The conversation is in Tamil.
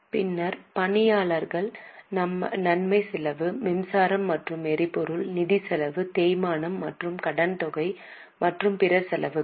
பின்னர் பணியாளர் நன்மை செலவு மின்சாரம் மற்றும் எரிபொருள் நிதி செலவு தேய்மானம் மற்றும் கடன்தொகை மற்றும் பிற செலவுகள்